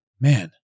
man